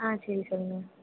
ஆ சரி சொல்லுங்கள்